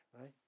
right